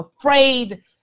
afraid